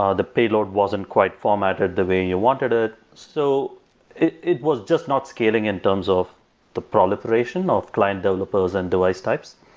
ah the payload wasn't quite formatted the way you wanted ah so it. it was just not scaling in terms of the proliferation of client developers and device types.